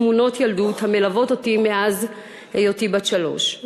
בתמונות ילדות המלוות אותי מאז היותי בת שלוש,